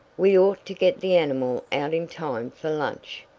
we ought to get the animal out in time for lunch.